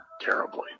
terribly